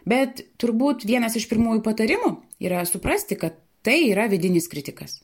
bet turbūt vienas iš pirmųjų patarimų yra suprasti kad tai yra vidinis kritikas